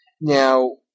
now